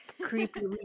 creepy